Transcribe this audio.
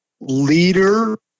leader